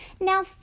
Now